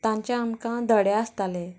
तांचे आमकां धडे आसताले